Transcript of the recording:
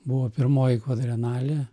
buvo pirmoji kvadrienalė